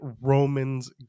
Roman's